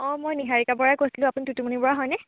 অঁ মই নিহাৰিকা বৰাই কৈছিলোঁ আপুনি টুটুমণি বৰা হয়নে